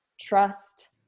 trust